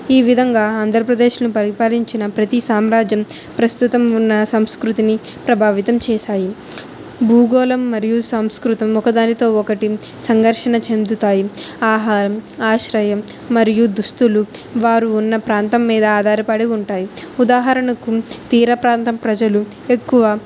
ఈ విధంగా ఆంధ్రప్రదేశ్ను పరిపాలించిన ప్రతీ సామ్రాజ్యం ప్రస్తుతం ఉన్న సంస్కృతిని ప్రభావితం చేసాయి భూగోళం మరియు సంస్కృతం ఒకదానితో ఒకటి సంఘర్షణ చెందుతాయి ఆహారం ఆశ్రయం మరియు దుస్తులు వారు ఉన్న ప్రాంతం మీద ఆధారపడి ఉంటాయి ఉదాహరణకు తీర ప్రాంతం ప్రజలు ఎక్కువ